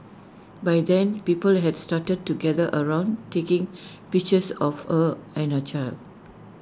by then people has started to gather around taking pictures of her and her child